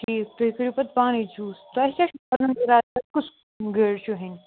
ٹھیٖک تُہۍ کٔرِو پَتہٕ پانَے چوٗز تۄہہِ کیٛاہ چھُ پنُن اِرادٕ کُس گٲڑۍ چھو ہیٚنی